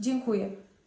Dziękuję.